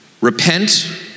repent